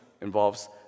involves